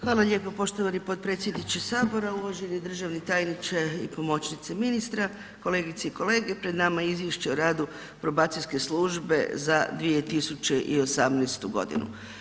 Hvala lijepo poštovani potpredsjedniče Sabora, uvaženi državni tajniče i pomoćnice ministra, kolegice i kolege, pred nama je Izvješće o radu probacijske službe za 2018. godinu.